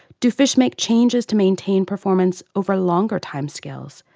do fish make changes to maintain performance over longer timescales,